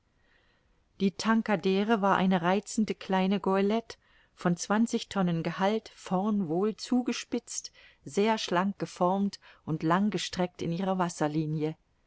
die tankadere war eine reizende kleine goelette von zwanzig tonnen gehalt vorn wohl zugespitzt sehr schlank geformt und langgestreckt in ihrer wasserlinie